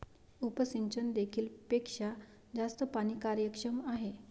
उपसिंचन देखील पेक्षा जास्त पाणी कार्यक्षम आहे